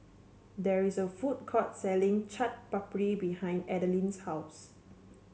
there is a food court selling Chaat Papri behind Adaline's house